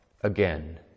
again